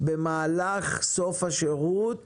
במהלך סוף השירות